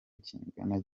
kingana